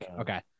Okay